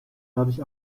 dadurch